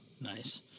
Nice